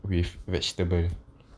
with vegetable